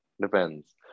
Depends